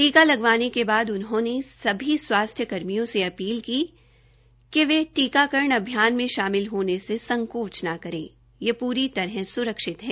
टीका लगवाने के बाद उन्होंने सभी स्वास्थ्य कर्मियों से अपील की कि वे टीकाकरण अभियान में शामिल होने से संकोज न करे यह पूरी तरह सुरक्षित है